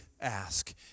ask